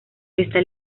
esta